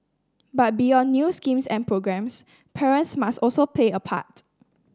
but beyond new schemes and programmes parents must also play a part